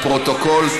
לפרוטוקול,